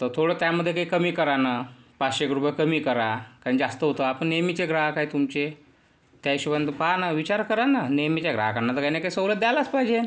आता थोडं त्यामध्ये काही कमी करा ना पाचशेएक रुपये कमी करा कारण जास्त होतो आपण नेहमीचे ग्राहक आहे तुमचे त्या हिशोबाने पहा ना विचार करा ना नेहमीच्या ग्राहकांना त काही ना काही सवलत द्यायलाच पाहिजे